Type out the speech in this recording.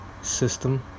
system